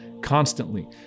constantly